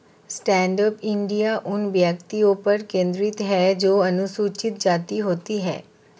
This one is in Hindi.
स्टैंडअप इंडिया उन व्यक्तियों पर केंद्रित है जो अनुसूचित जाति होती है